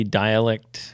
dialect